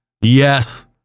yes